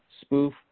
spoof